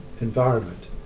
environment